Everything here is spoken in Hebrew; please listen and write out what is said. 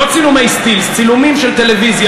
לא צילומי סטילס, צילומים של טלוויזיה.